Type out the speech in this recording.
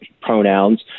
pronouns